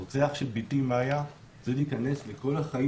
הרוצח של בתי מאיה צריך להיכנס לכל החיים